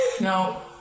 No